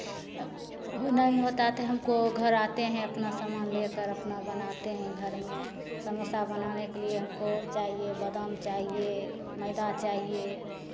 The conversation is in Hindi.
नहीं होता तो हमको घर आते हैं अपना सामान लेकर अपना बनाते हैं घर में समोसा बनाने के लिये हम को चाहिए बादाम चाहिए मैदा चाहिए